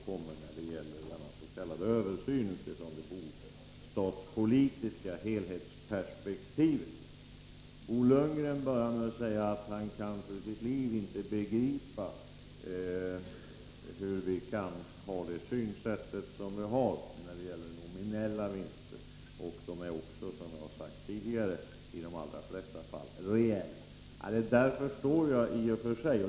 Då får vi ta del av det som kallats översynen utifrån det bostadspolitiska helhetsperspektivet. Bo Lundgren började med att säga att han för sitt liv inte kan begripa hur vi kan ha det synsätt vi har när det gäller nominella vinster. Vinsterna är emellertid, som jag har sagt tidigare, i de allra flesta fall reella.